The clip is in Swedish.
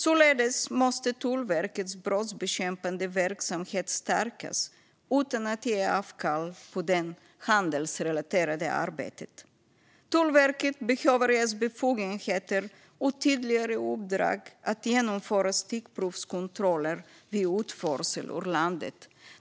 Således måste Tullverkets brottsbekämpande verksamhet stärkas utan att ge avkall på det handelsrelaterade arbetet. Tullverket behöver ges befogenhet och tydligare uppdrag att genomföra stickprovskontroller vid utförsel ur landet.